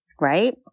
right